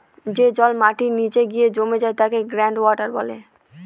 যে জল মাটির নীচে গিয়ে জমা হয় তাকে গ্রাউন্ড ওয়াটার বলে